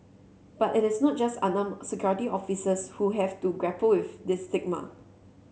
but it is not just unarmed security officers who have to grapple with this stigma